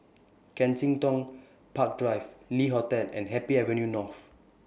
Kensington Park Drive Le Hotel and Happy Avenue North